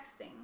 texting